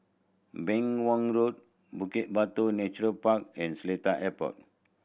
Beng Wan Road Bukit Batok Nature Park and Seletar Airport